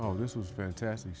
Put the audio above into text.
oh this was fantastic